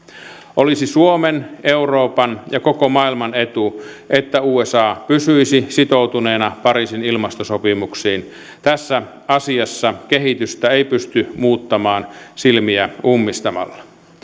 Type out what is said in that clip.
olisi suomen euroopan ja koko maailman etu että usa pysyisi sitoutuneena pariisin ilmastosopimukseen tässä asiassa kehitystä ei pysty muuttamaan silmiä ummistamalla